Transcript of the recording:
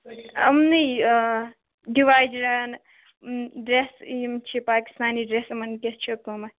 اُمنٕے ڈِوایڈِیرن ڈرٛس یِم چھِ پاکِستٲنی ڈرٛس یِمن کیٛاہ چھُ قیمت